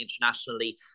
internationally